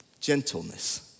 gentleness